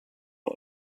und